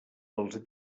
pels